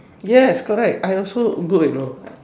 yes correct I also good you know